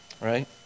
Right